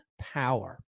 power